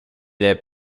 est